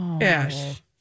Yes